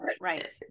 right